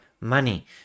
money